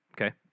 Okay